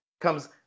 comes